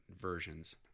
versions